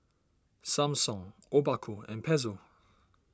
Samsung Obaku and Pezzo